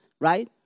right